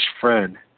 friend